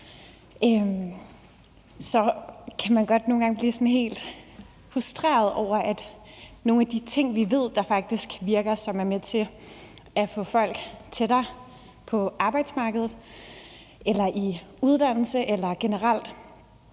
på socialområdet, blive helt frustreret over, at nogle af de ting, vi ved der faktisk virker, og som er med til at få folk tættere på arbejdsmarkedet eller i uddannelse eller generelt